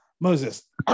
Moses